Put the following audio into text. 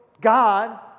God